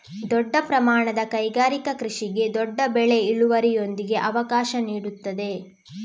ದೊಡ್ಡ ಪ್ರಮಾಣದ ಕೈಗಾರಿಕಾ ಕೃಷಿಗೆ ದೊಡ್ಡ ಬೆಳೆ ಇಳುವರಿಯೊಂದಿಗೆ ಅವಕಾಶ ನೀಡುತ್ತದೆ